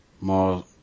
More